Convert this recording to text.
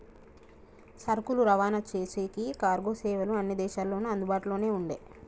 సరుకులు రవాణా చేసేకి కార్గో సేవలు అన్ని దేశాల్లోనూ అందుబాటులోనే ఉండే